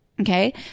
Okay